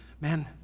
Man